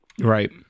Right